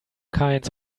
kinds